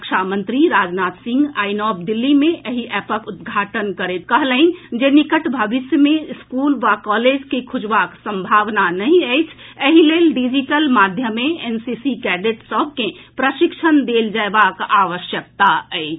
रक्षा मंत्री राजनाथ सिंह आई नव दिल्ली मे एहि एपक उद्घाटन करैत कहलनि जे निकट भविष्य मे स्कूल आ कॉलेज के खुजबाक सम्भावना नहि अछि एहि लेल डिजिटल माध्यम सँ एनसीसी कैडेट सभ के प्रशिक्षण देल जएबाक आवश्यकता अछि